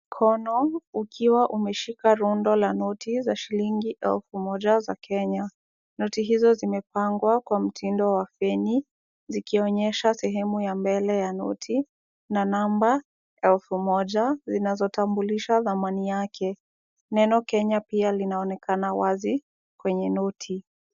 Mkono ukiwa umeshika rundo la noti za shilingi elfu moja za Kenya. Noti hizo zimepangwa kwa mtindo wa feni, zikionyesha sehemu ya mbele ya noti, na namba elfu moja zinazotambulisha thamani yake. Neno Kenya pia linaonekana wazi kwenye noti.